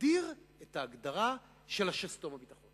נגדיר את ההגדרה של שסתום הביטחון